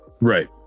Right